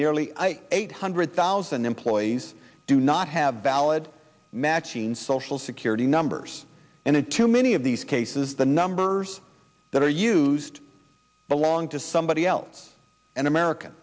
nearly eight hundred thousand employees do not have valid maxine social security numbers and in too many of these cases the numbers that are used belong to somebody else in america